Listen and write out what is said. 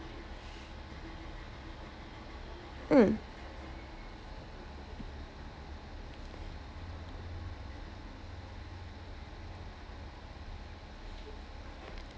mm